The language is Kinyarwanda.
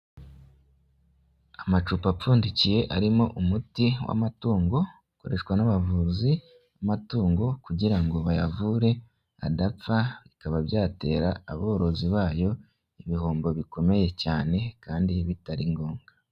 Amacupa apfundikiye arimo umuti w'amatungo ukoreshwa n'abavuzi b'amatungo kugira ngo bayavure adapfa bikaba byatera aborozi bayo ibihombo bikomeye cyane kandi bitari ngombwa.